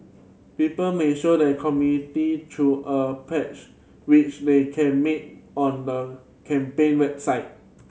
people may show their community through a pledge which they can make on the campaign website